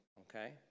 okay